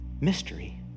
mystery